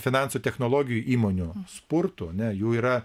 finansų technologijų įmonių spurtu ne jų yra